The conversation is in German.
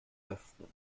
öffnen